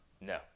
No